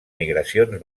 migracions